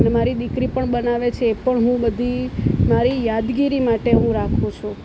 અને મારી દીકરી પણ બનાવે છે એ પણ હું બધી મારી યાદગીરી માટે હું રાખું છું